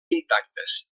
intactes